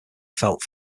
felt